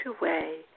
away